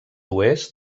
oest